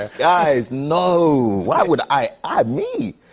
ah guys, no. why would i me?